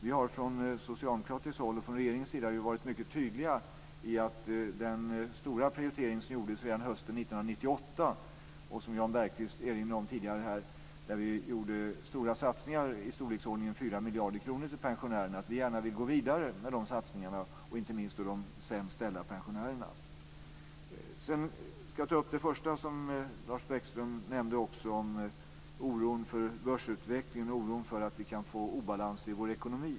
Vi har från socialdemokratiskt håll, och från regeringen, varit mycket tydliga i fråga om den stora prioritering som gjordes redan hösten 1998, som Jan Bergqvist erinrade om tidigare här. Där gjorde vi stora satsningar, i storleksordningen 4 miljarder kronor, till pensionärerna. Vi vill gärna gå vidare med dessa satsningar, inte minst för de sämst ställda pensionärerna. Sedan ska jag också ta upp det första som Lars Bäckström nämnde, oron för börsutvecklingen, oron för att vi kan få obalans i vår ekonomi.